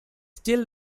still